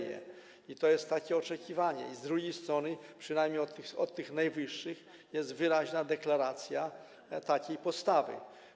Jest takie oczekiwanie i z drugiej strony - przynamniej od tych najwyższych - jest wyraźna deklaracja takiej postawy.